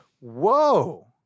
whoa